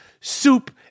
soup